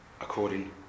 According